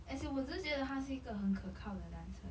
as in 我只是觉得他是一个很可靠的男生